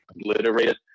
obliterated